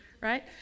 Right